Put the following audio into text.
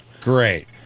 Great